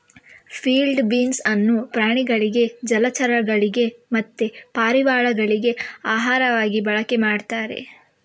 field beans ಅನ್ನು ಪ್ರಾಣಿಗಳಿಗೆ ಜಲಚರಗಳಿಗೆ ಮತ್ತೆ ಪಾರಿವಾಳಗಳಿಗೆ ಆಹಾರವಾಗಿ ಬಳಕೆ ಮಾಡ್ತಾರೆ